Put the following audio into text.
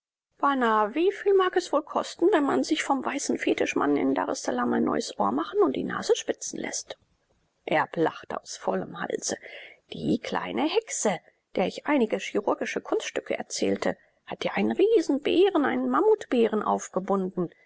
viel mag es wohl kosten wenn man sich vom weißen fetischmann in daressalam ein neues ohr machen und die nase spitzen läßt erb lachte aus vollem halse die kleine hexe der ich einige chirurgische kunststücke erzählte hat dir einen riesenbären einen mammutbären aufgebunden